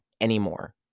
anymore